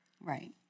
Right